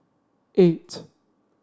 eight